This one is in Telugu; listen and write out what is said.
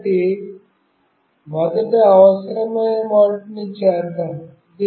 కాబట్టి మొదట అవసరమైన వాటిని చేద్దాం